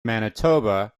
manitoba